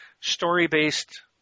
story-based